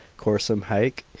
quorsum haec?